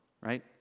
right